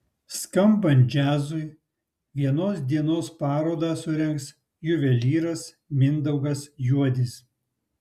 skambant džiazui vienos dienos parodą surengs juvelyras mindaugas juodis